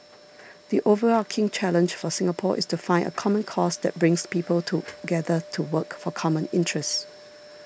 the overarching challenge for Singapore is to find a common cause that brings people together to work for common interests